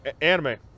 anime